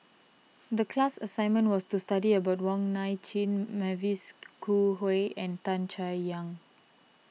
the class assignment was to study about Wong Nai Chin Mavis Khoo Oei and Tan Chay Yan